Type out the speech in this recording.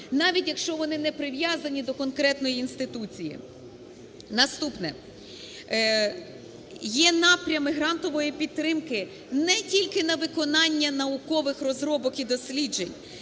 навіть якщо вони не прив'язані до конкретної інституції. Наступне. Є напрями грантової підтримки не тільки на виконання наукових розробок і досліджень,